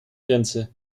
grenze